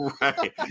Right